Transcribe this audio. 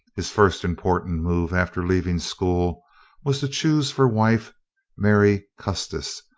his first important move after leaving school was to choose for wife mary custis,